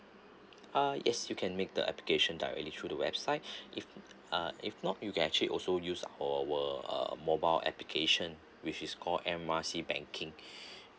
ah yes you can make the application directly through the website if uh if not you can actually also use our uh mobile application which is call M R C banking